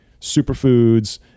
superfoods